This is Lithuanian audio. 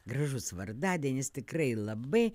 gražus vardadienis tikrai labai